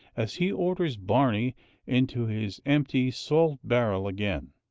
as he orders barney into his empty salt-barrel again.